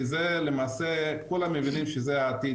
כי למעשה כולם מבינים שזה העתיד,